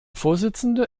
vorsitzende